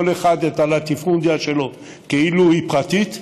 אחד את הלטיפונדיה שלו כאילו היא פרטית,